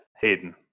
Hayden